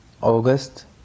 August